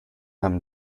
him